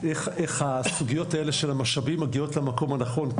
איך הסוגיות האלה של המשאבים מגיעות למקום הנכון?